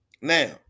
now